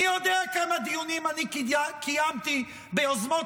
אני יודע כמה דיונים אני קיימתי ביוזמות